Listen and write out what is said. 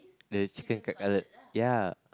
the chicken cutlet ya